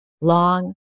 long